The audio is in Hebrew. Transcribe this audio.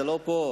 זה לא פה,